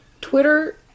Twitter